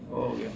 okay